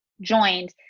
joined